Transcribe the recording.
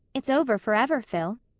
it's over forever, phil.